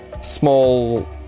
small